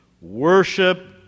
worship